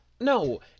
No